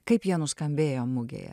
kaip jie nuskambėjo mugėje